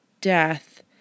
death